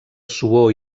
suor